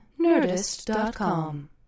Nerdist.com